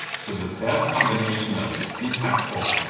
so the best combination of it's impactful,